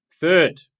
Third